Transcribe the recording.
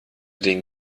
den